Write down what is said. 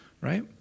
right